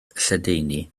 lledaenu